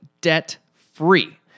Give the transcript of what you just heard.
debt-free